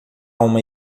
uma